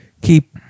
keep